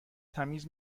تمیز